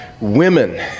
women